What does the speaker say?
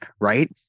right